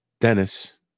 Dennis